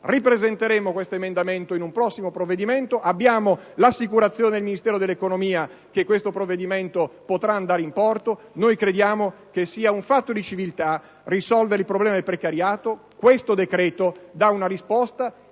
Ripresenteremo questo emendamento in un prossimo provvedimento. Abbiamo l'assicurazione del Ministero dell'economia e delle finanze che questo provvedimento potrà andare in porto. Crediamo che sia un fatto di civiltà risolvere il problema del precariato. Il decreto-legge in